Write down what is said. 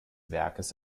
werkes